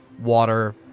water